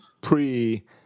pre